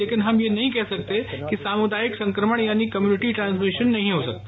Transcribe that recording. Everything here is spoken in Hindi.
लेकिन हम ये नहीं कह सकते कि सामुदायिक संक्रमण यानी कंयुनिटी ट्रांसमिशन नहीं हो सकता